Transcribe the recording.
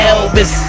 Elvis